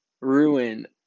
ruin